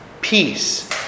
Peace